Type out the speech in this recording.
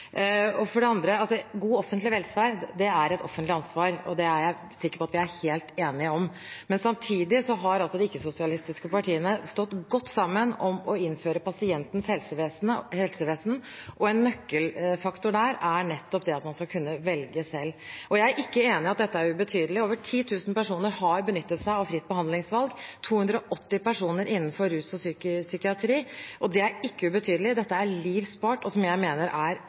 siden. For det andre: God offentlig velferd er et offentlig ansvar, og det er jeg sikker på at vi er helt enige om. Men samtidig har altså de ikke-sosialistiske partiene stått godt sammen om å innføre pasientens helsevesen, og en nøkkelfaktor der er nettopp at man skal kunne velge selv. Jeg er ikke enig i at dette er ubetydelig. Over 10 000 personer har benyttet seg av fritt behandlingsvalg, 280 personer innenfor rus og psykiatri. Det er ikke ubetydelig. Dette er liv spart, og noe som jeg mener er